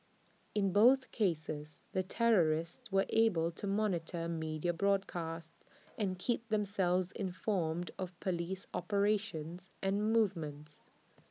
in both cases the terrorists were able to monitor media broadcasts and keep themselves informed of Police operations and movements